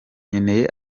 nkeneye